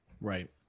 right